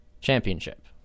championship